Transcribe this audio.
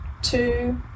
two